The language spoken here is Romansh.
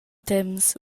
temps